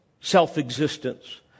self-existence